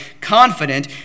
confident